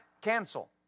Cancel